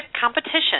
competition